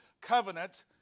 covenant